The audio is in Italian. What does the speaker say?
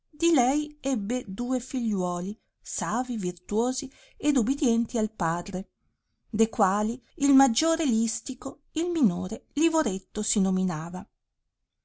di lei ebbe duo figliuoli savi virtuosi ed ubidienti al padre de quali il maggiore listico il minore livoretto si nominava